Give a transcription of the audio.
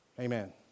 Amen